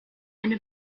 eine